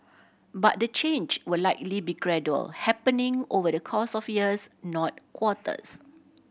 but the change will likely be gradual happening over the course of years not quarters